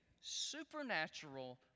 supernatural